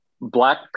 Black